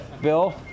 Bill